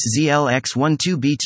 ZLX12BT